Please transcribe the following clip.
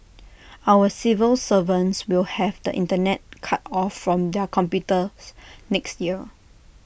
our civil servants will have the Internet cut off from their computers next year